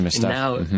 Now